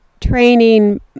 training